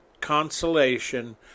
consolation